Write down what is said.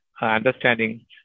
understanding